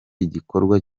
igikorwa